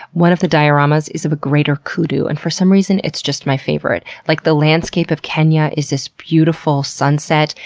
one of the dioramas is of a greater kudu and for some reason it's just my favorite. like the landscape of kenya is this beautiful sunset,